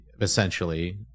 essentially